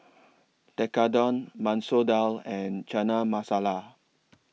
Tekkadon Masoor Dal and Chana Masala